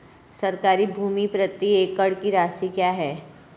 सरकारी भूमि प्रति एकड़ की राशि क्या है?